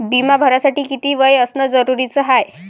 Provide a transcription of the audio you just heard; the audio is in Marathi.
बिमा भरासाठी किती वय असनं जरुरीच हाय?